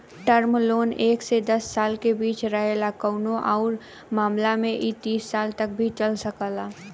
term loan एक से दस साल के बीच रहेला कउनो आउर मामला में इ तीस साल तक भी चल सकला